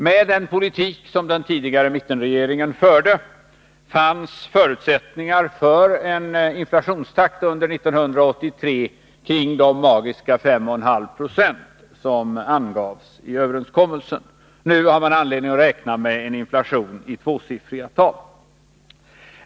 Med den politik som den tidigare mittenregeringen förde fanns förutsättningar för en inflationstakt under 1983 kring de magiska 5,5 96 som angavs i överenskommelsen. Nu har man anledning att räkna med en inflation i tvåsiffriga tal.